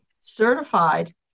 certified